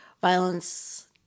violence